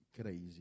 crazy